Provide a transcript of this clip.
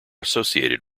associated